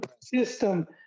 system